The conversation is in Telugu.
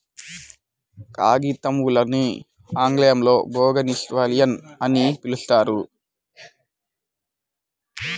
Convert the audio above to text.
కాగితంపూలని ఆంగ్లంలో బోగాన్విల్లియ అని పిలుస్తారు